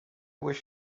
wish